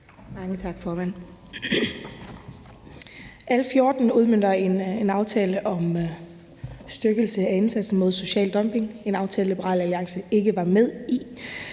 Mange tak, formand. L 14 udmønter en aftale om styrkelse af indsatsen mod social dumping, en aftale, Liberal Alliance ikke var med i.